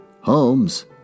Holmes